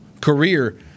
career